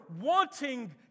wanting